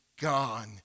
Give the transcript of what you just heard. gone